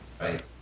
Right